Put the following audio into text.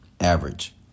average